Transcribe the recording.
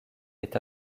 est